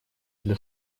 для